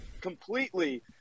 completely